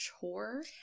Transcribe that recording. chore